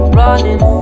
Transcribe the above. running